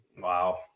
Wow